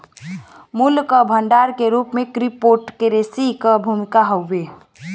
मूल्य क भंडार के रूप में क्रिप्टोकरेंसी क भूमिका हौ